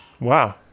Wow